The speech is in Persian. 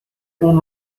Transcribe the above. اون